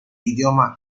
idioma